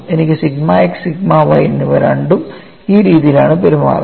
എനിക്ക് sigma x sigma y എന്നിവ രണ്ടും ഈ രീതിയിലാണ് പെരുമാറുന്നത്